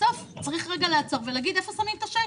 בסוף צריך לעצור רגע ולהגיד איפה שמים את השקל.